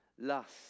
Lust